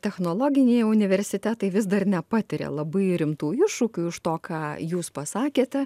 technologiniai universitetai vis dar nepatiria labai rimtų iššūkių iš to ką jūs pasakėte